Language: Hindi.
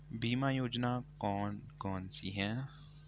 बीमा योजना कौन कौनसी हैं?